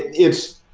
it's